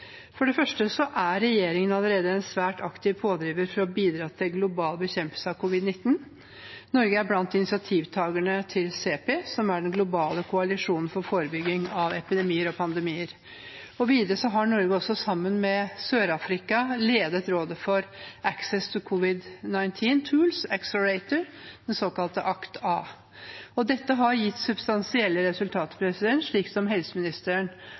For det første er regjeringen allerede en svært aktiv pådriver for å bidra til global bekjempelse av covid-19. Norge er blant initiativtagerne til CEPI, som er den globale koalisjonen for forebygging av epidemier og pandemier. Videre har Norge sammen med Sør-Afrika ledet rådet for Access to Covid-19 Tools Accelerator, ACT-A. Dette har gitt substansielle resultater, slik som helseministeren